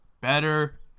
better